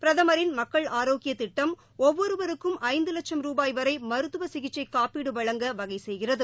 பிரதமின் மக்கள் ஆரோக்கிய திட்டம் ஒவ்வொருவருக்கும் ஐந்து லட்சும் ரூபாய் வரை மருத்துவ சிகிச்சை காப்பீடு வழங்க வகை செய்கிறது